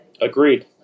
Agreed